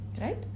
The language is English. Right